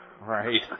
right